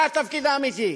זה התפקיד האמיתי.